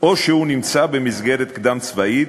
או שהוא נמצא במסגרת קדם-צבאית,